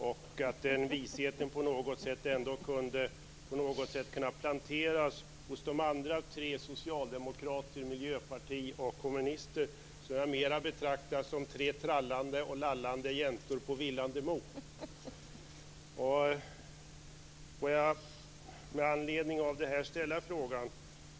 Jag skulle önska att visheten på något sätt skulle kunde planteras hos de andra tre - socialdemokrater, miljöpartister och kommunister - som jag mer betraktar som tre trallande och lallande jäntor på villande mo.